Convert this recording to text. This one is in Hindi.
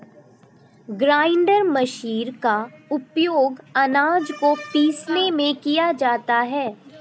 ग्राइण्डर मशीर का उपयोग आनाज को पीसने में किया जाता है